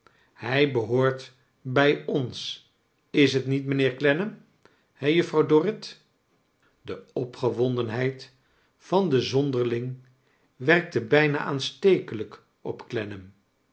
hij behoort bij ons is t niet mijnheer clennam he juffrouw dorrit de opgewondenheid van den zonderling werkte bijna aanstekelijk op